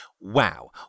Wow